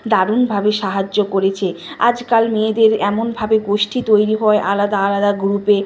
দারুণভাবে সাহায্য করেছে আজকাল মেয়েদের এমনভাবে গোষ্ঠী তৈরি হয় আলাদা আলাদা গ্রুপে